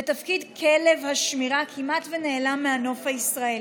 ותפקיד כלב השמירה כמעט ונעלם מהנוף הישראלי.